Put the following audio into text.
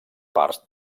parts